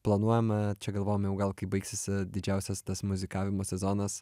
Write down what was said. planuojam čia galvojam jau gal kai baigsis didžiausias tas muzikavimo sezonas